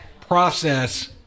process